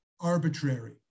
arbitrary